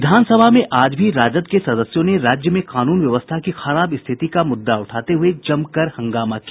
विधानसभा में आज भी राजद के सदस्यों ने राज्य में कानून व्यवस्थ की खराब स्थिति का मुद्दा उठाते हुए जमकर हंगामा किया